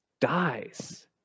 dies